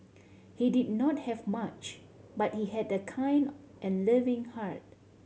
he did not have much but he had a kind and loving heart